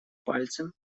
пальцем